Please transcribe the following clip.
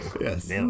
Yes